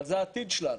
אבל זה העתיד שלנו.